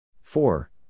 Four